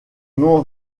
nom